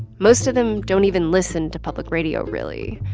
most of them don't even listen to public radio, really.